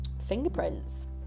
fingerprints